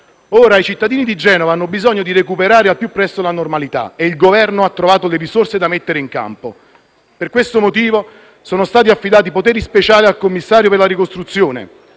Ora i cittadini di Genova hanno bisogno di recuperare al più presto la normalità e il Governo ha trovato le risorse da mettere in campo. Per questo motivo sono stati affidati poteri speciali al commissario per la ricostruzione,